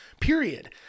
period